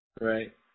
Right